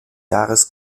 jahres